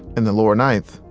in the lower ninth,